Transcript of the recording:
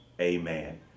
Amen